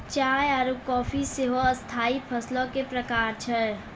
चाय आरु काफी सेहो स्थाई फसलो के प्रकार छै